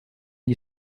gli